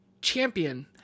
champion